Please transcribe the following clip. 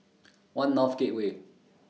one North Gateway